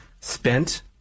spent